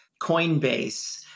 Coinbase